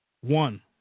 one